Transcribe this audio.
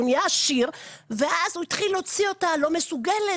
הוא נהיה עשיר ואז הוא התחיל להוציא אותה לא מסוגלת,